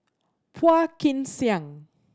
Phua Kin Siang